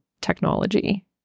technology